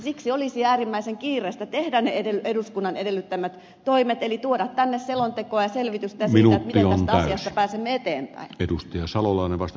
siksi olisi äärimmäisen kiireistä tehdä ne eduskunnan edellyttämät toimet eli tuoda tänne selontekoa ja selvitystä ja sitä miten tästä asiasta pääsemme eteenpäin